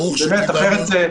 אחרת,